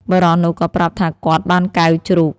បុរសនោះក៏ប្រាប់ថាគាត់បានកែវជ្រូក។